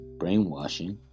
brainwashing